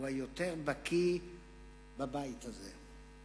הוא היותר בקי בבית הזה.